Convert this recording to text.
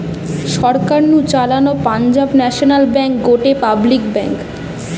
সরকার নু চালানো Punjab national bank গটে পাবলিক ব্যাঙ্ক